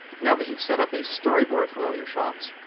now that you've set up a storyboard for all your shots,